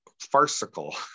farcical